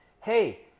Hey